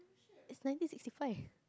it's nineteen sixty five